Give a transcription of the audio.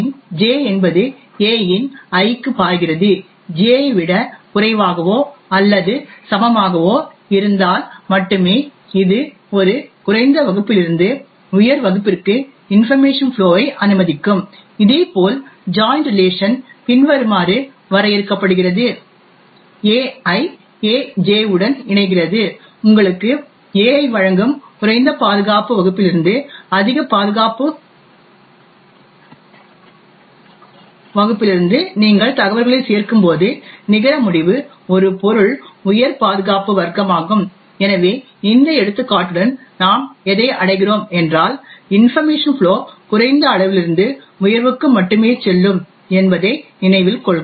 A இன் J என்பது A இன் I க்கு பாய்கிறது J ஐ விட குறைவாகவோ அல்லது சமமாகவோ இருந்தால் மட்டுமே இது ஒரு குறைந்த வகுப்பிலிருந்து உயர் வகுப்பிற்கு இன்பர்மேஷன் ஃப்ளோ ஐ அனுமதிக்கும் இதேபோல் ஜாய்ன் ரிலேஷன் பின்வருமாறு வரையறுக்கப்படுகிறது AI AJ உடன் இணைகிறது உங்களுக்கு AI ஐ வழங்கும் குறைந்த பாதுகாப்பு வகுப்பிலிருந்து அதிக பாதுகாப்பு வகுப்பிலிருந்து நீங்கள் தகவல்களைச் சேர்க்கும்போது நிகர முடிவு ஒரு பொருள் உயர் பாதுகாப்பு வர்க்கமாகும்எனவே இந்த எடுத்துக்காட்டுடன் நாம் எதை அடைகிறோம் என்றால் இன்பர்மேஷன் ஃப்ளோ குறைந்த அளவிலிருந்து உயர்வுக்கு மட்டுமே செல்லும் என்பதை நினைவில் கொள்க